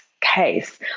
case